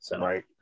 Right